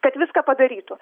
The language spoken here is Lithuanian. kad viską padarytų